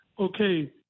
okay